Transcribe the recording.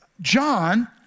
John